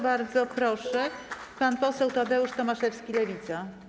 Bardzo proszę, pan poseł Tadeusz Tomaszewski, Lewica.